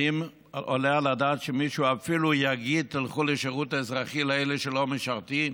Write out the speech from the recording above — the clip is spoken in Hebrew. האם עולה על הדעת שמישהו יגיד לאלה שלא משרתים